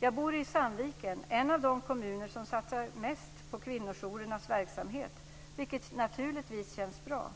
Jag bor i Sandviken som är en av de kommuner som satsar mest på kvinnojourernas verksamhet, vilket naturligtvis känns bra.